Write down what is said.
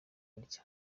kurya